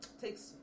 takes